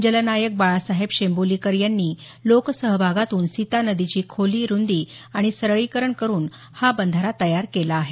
जलनायक बाळासाहेब शेंबोलीकर यांनी लोक सहभागातून सीता नदीची खोली रूंदी आणि सरळीकरण करून हा बंधारा तयार केला आहे